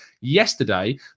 yesterday